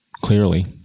Clearly